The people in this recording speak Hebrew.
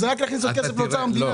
זה רק להכניס עוד כסף לאוצר המדינה.